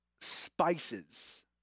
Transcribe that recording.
spices